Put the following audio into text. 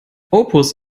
opus